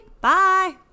Bye